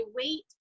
wait